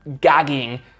gagging